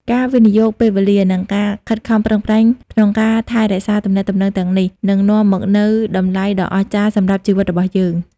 ការវិនិយោគពេលវេលា និងការខិតខំប្រឹងប្រែងក្នុងការថែរក្សាទំនាក់ទំនងទាំងនេះ នឹងនាំមកនូវតម្លៃដ៏អស្ចារ្យសម្រាប់ជីវិតរបស់យើង។